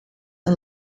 een